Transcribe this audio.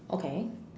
okay